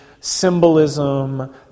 symbolism